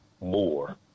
more